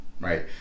Right